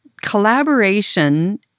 collaboration